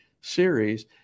series